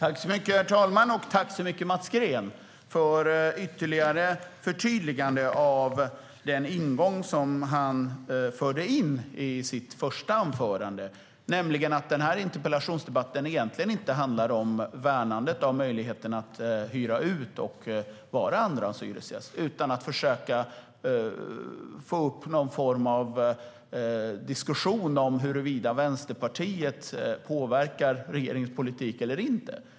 Herr talman! Jag tackar Mats Green för ytterligare förtydliganden när det gäller den ingång som han hade i sitt första anförande, nämligen att denna interpellationsdebatt egentligen inte handlar om värnandet om möjligheterna att hyra ut och om att vara andrahandshyresgäst utan om att försöka få till någon form av diskussion om huruvida Vänsterpartiet påverkar regeringens politik eller inte.